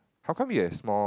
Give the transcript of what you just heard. how come you have small